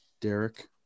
Derek